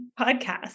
podcast